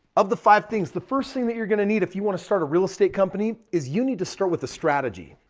of the five things, the first thing that you're going yo need if you want to start a real estate company is you need to start with a strategy.